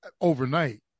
overnight